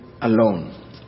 alone